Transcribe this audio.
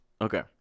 Okay